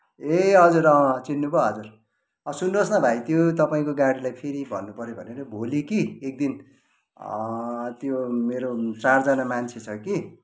ए हजुर चिन्नुभयो हजुर सुन्नुहोस् न भाइ त्यो तपाईँको गाडीलाई फेरि भन्नुपऱ्यो भनेर भोलि कि एकदिन त्यो मेरो चारजना मान्छे छ कि